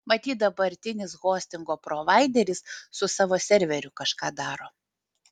matyt dabartinis hostingo provaideris su savo serveriu kažką daro